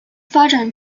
发展